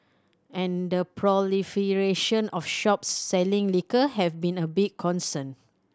and the proliferation of shops selling liquor have been a big concern